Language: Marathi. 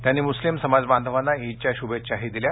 त्यांनी मुस्लिम समाजबांधवांना ईदच्या शुभेच्छा दिल्या